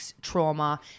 trauma